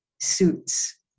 suits